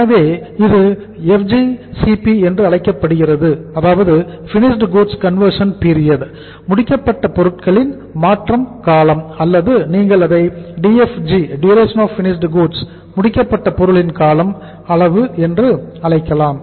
எனவே இது FGCP என அழைக்கப்படுகிறது ஃபினிஸ்டு கூட்ஸ் கன்வர்ஷன் பீரியட் அதாவது முடிக்கப்பட்ட பொருட்களின் கால அளவு என்றும் அழைக்கலாம்